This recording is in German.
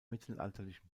mittelalterlichen